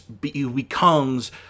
becomes